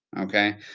Okay